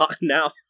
now